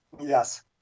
yes